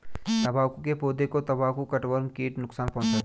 तंबाकू के पौधे को तंबाकू कटवर्म कीट नुकसान पहुंचाते हैं